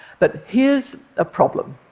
but here's a problem.